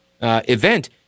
event